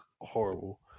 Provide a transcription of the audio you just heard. horrible